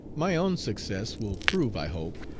my own success will prove, i hope,